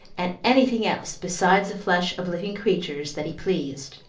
and any thing else, besides the flesh of living creatures, that he pleased,